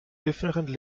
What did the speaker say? öffentlichen